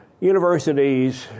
Universities